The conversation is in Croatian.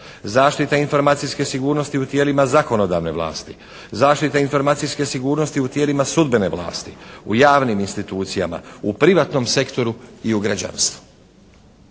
Zaštita informacijske sigurnosti u tijelima zakonodavne vlasti. Zaštita informacijske sigurnosti u tijelima sudbene vlasti. U javnim institucijama. U privatnom sektoru i u građanstvu.